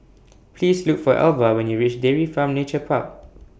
Please Look For Alva when YOU REACH Dairy Farm Nature Park